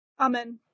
amen